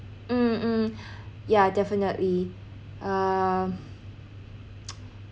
mm mm yeah definitely uh